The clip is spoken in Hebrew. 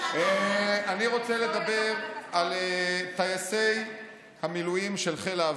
אני רוצה לדבר על טייסי המילואים של חיל האוויר,